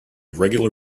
regular